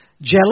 Jealous